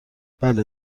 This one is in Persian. بله